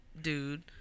dude